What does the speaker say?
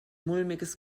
mulmiges